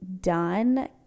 done